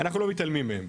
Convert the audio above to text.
אנחנו לא מתעלמים מהם,